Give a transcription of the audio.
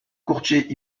courtier